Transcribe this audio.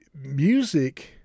music